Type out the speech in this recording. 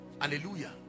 Hallelujah